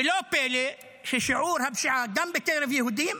ולא פלא ששיעורי הפשיעה גם בקרב יהודים,